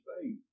faith